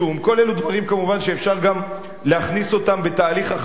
כל אלו דברים כמובן שאפשר גם להכניס אותם בתהליך החקיקה,